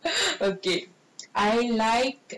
okay I like